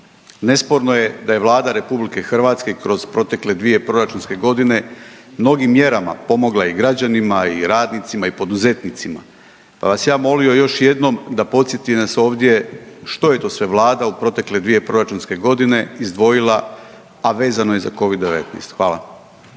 Nesporno je da je Vlada RH kroz protekle dvije proračunske godine mnogim mjerama pomogla i građanima i radnicima i poduzetnicima, pa bih vas ja molio još jednom da podsjetite nas ovdje što je to sve Vlada u protekle dvije proračunske godine izdvojila, a vezano je za covid -19. Hvala.